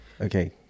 Okay